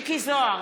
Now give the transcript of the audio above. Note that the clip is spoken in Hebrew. מכלוף מיקי זוהר,